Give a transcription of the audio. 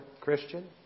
Christian